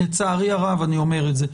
לצערי הרב אני אומר את זה.